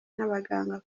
n’abaganga